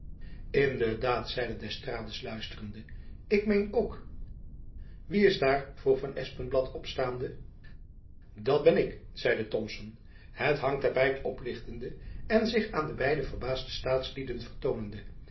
in de daad zeide d'estrades luisterende ik meen ook wie is daar vroeg van espenblad opstaande dat ben ik zeide thomson het hangtapijt oplichtende en zich aan de beide verbaasde